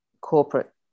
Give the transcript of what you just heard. corporate